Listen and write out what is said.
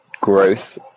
growth